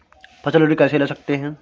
फसल ऋण कैसे ले सकते हैं?